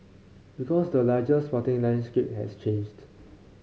because the larger sporting landscape has changed